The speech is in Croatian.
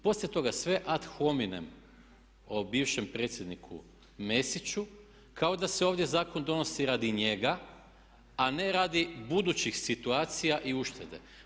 Poslije toga sve ad hominem o bivšem predsjedniku Mesiću kao da se ovdje zakon donosi radi njega a ne radi budućih situacija i uštede.